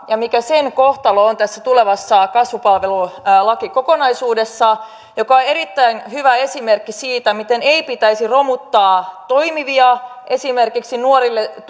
ja siitä mikä sen kohtalo on tässä tulevassa kasvupalvelulakikokonaisuudessa joka on erittäin hyvä esimerkki siitä miten ei pitäisi romuttaa toimivia esimerkiksi nuorille